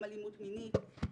גם אלימות מינית,